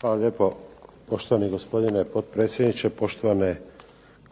Hvala lijepo, poštovani gospodine potpredsjedniče. Poštovane